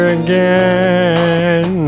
again